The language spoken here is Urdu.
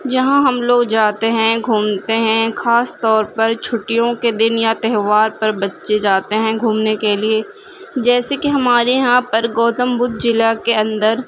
جہاں ہم لوگ جاتے ہیں گھومتے ہیں خاص طور پر چھٹیوں کے دن یا تہوار پر بچے جاتے ہیں گھومنے کے لیے جیسے کہ ہمارے یہاں پر گوتم بدھ ضلع کے اندر